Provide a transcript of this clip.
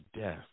death